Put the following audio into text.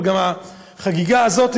אבל גם החגיגה הזאת,